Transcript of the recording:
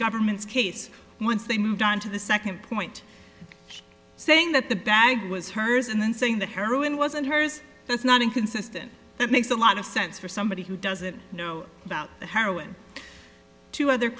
government's case once they moved on to the second point saying that the bag was hers and then saying the heroin wasn't hers that's not inconsistent it makes a lot of sense for somebody who doesn't know about heroin two other